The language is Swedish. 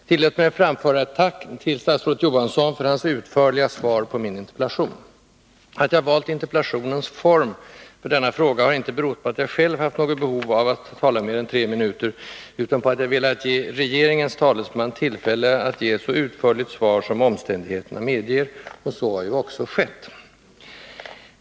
Herr talman! Tillåt mig att framföra ett tack till statsrådet Johansson för hans utförliga svar på min interpellation. Att jag valt interpellationens form för denna fråga har inte berott på att jag själv haft något behov av att tala mer än tre minuter utan på att jag velat ge regeringens talesman tillfälle att ge ett så utförligt svar som omständigheterna medger, och så har ju också skett.